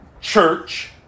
church